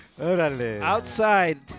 Outside